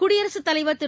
குடியரசுத் தலைவர் திரு